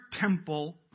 temple